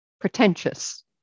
pretentious